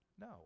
no